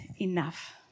enough